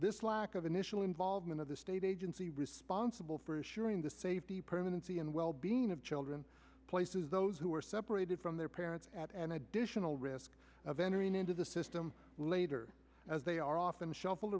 this lack of initial involvement of the state agency responsible for ensuring the safety permanency and wellbeing of children places those who are separated from their parents at an additional risk of entering into the system later as they are often shuffled